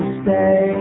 stay